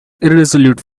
irresolute